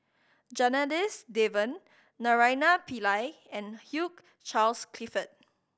Janadas Devan Naraina Pillai and Hugh Charles Clifford